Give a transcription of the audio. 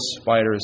spider's